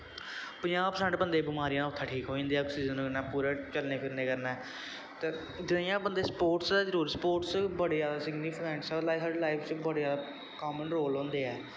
पंजाह् परसैंट बंदे दी बमारियां उत्थै ठीक होई जंदियां आक्सीजन कन्नैं पूरा चलने फिरने कन्नै जियां बंदे गी स्पोर्ट्स बड़े जैदा स्पोर्ट्स दे सिग्नीफिकेन्स ऐ साढ़ी लाईफ च बड़े जादा कामन रोल होंदे ऐं